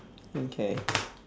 okay